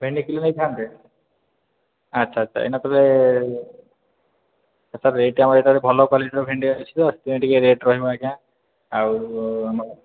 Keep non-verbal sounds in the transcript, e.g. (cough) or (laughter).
ଭେଣ୍ଡି କିଲୋ ନେଇଥାନ୍ତେ ଆଚ୍ଛା ଆଚ୍ଛା ଏଇନା ତା'ହେଲେ ସାର୍ ରେଟ୍ ଆମର (unintelligible) ଭଲ କ୍ୱାଲିଟିର ଭେଣ୍ଡି ଅଛିତ ସେଥିପାଇଁ ଟିକେ ରେଟ୍ ରହିବ ଆଜ୍ଞା ଆଉ ଆମର